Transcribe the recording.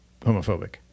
homophobic